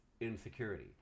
insecurity